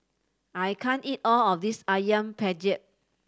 I can't eat all of this Ayam Penyet